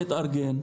להתארגן.